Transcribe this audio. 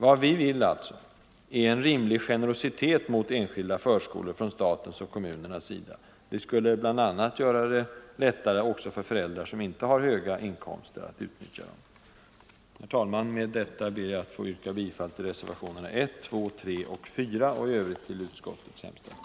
Vad vi vill åstadkomma är alltså en rimlig generositet mot enskilda förskolor från statens och kommunernas sida. Det skulle bl.a. göra det lättare också för föräldrar som inte har höga inkomster att utnyttja dessa förskolor. Herr talman! Med detta ber jag att få yrka bifall till reservationerna 1, 2, 3 och 4 och i övrigt bifall till utskottets hemställan.